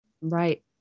Right